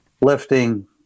lifting –